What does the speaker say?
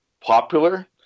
popular